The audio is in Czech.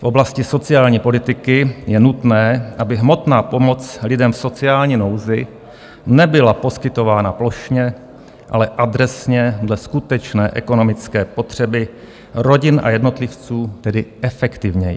V oblasti sociální politiky je nutné, aby hmotná pomoc lidem v sociální nouzi nebyla poskytována plošně, ale adresně dle skutečné ekonomické potřeby rodin a jednotlivců, tedy efektivněji.